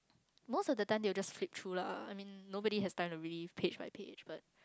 most of the time they will just flip through lah I mean nobody has time to read it page by page